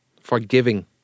Forgiving